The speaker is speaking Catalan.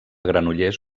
granollers